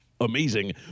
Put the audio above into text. Amazing